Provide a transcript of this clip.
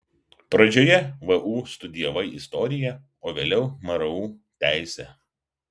pradžioje vu studijavai istoriją o vėliau mru teisę